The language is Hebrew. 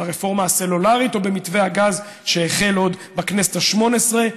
ברפורמה הסלולרית או במתווה הגז שהחל עוד בכנסת השמונה-עשרה.